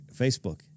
Facebook